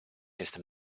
jestem